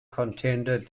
contended